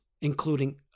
including